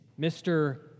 Mr